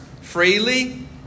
freely